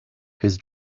his